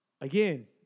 again